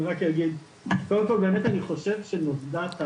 אני רק אגיד שקודם כל באמת אני חושב שנוסדה כאן